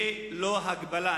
ללא הגבלה.